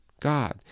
God